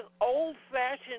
old-fashioned